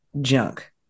junk